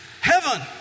heaven